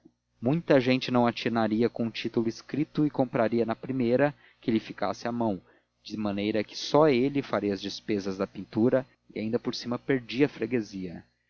muita gente não atinaria com o título escrito e compraria na primeira que lhe ficasse à mão de maneira que só ele faria as despesas da pintura e ainda por cima perdia a freguesia